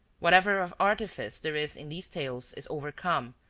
whatever of artifice there is in these tales is overcome,